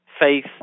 faith